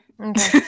Okay